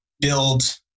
build